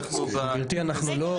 גברתי אנחנו לא --- לא,